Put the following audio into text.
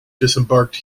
disembarked